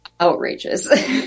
outrageous